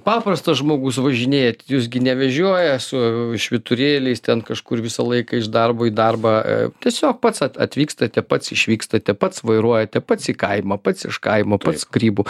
paprastas žmogus važinėjat jūsų gi nevežioja su švyturėliais ten kažkur visą laiką iš darbo į darbą e tiesiog pats at atvykstate pats išvykstate pats vairuojate pats į kaimą pats iš kaimo pats grybų